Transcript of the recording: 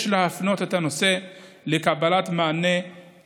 יש להפנות את הנושא למשרד המשפטים לקבלת מענה.